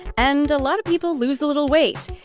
and a lot of people lose a little weight.